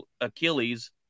Achilles